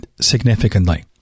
significantly